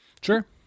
Sure